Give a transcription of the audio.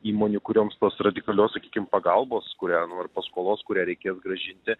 įmonių kurioms tos radikalios sakykim pagalbos kurią ar paskolos kurią reikės grąžinti